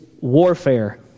warfare